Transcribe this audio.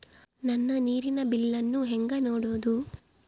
ನನ್ನ ನೇರಿನ ಬಿಲ್ಲನ್ನು ಹೆಂಗ ನೋಡದು?